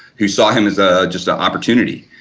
who saw him as a, just a opportunity.